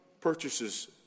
purchases